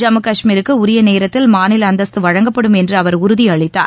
ஜம்மு காஷ்மீருக்குஉரியநேரத்தில் மாநிலஅந்தஸ்து வழங்கப்படும் என்றுஅவர் உறுதியளித்தார்